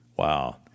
Wow